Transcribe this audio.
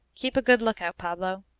keep a good look-out, pablo.